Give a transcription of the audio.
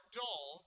dull